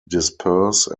disperse